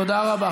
תודה רבה.